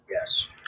Yes